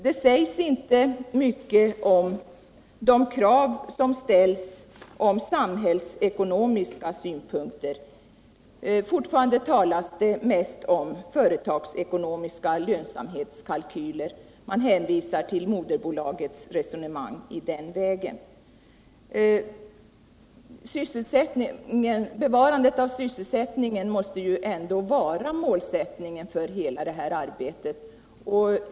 Det sägs inte mycket om samhällsekonomiska konsekvenser. Det talas fortfarande mest om företagsekonomiska lönsamhetskalkyler. Man hänvisar till moderbolagets resonemang i den vägen. Bevarandet av sysselsättningen måste ju ändå vara målsättningen för hela detta arbete.